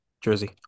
Jersey